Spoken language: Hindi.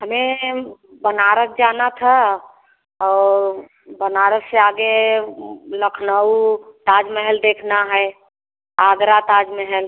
हमें बनारस जाना था और बनारस से आगे लखनऊ ताज महल देखना है आगरा ताज महल